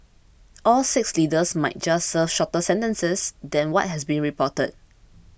all six leaders might just serve shorter sentences than what has been reported